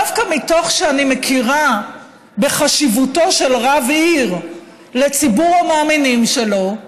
דווקא מתוך שאני מכירה בחשיבותו של רב עיר לציבור המאמינים שלו,